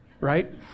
right